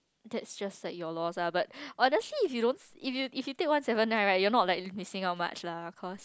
that's just like your loss ah but honestly if you don't if you if you take one seven nine right you're not missing out much lah cause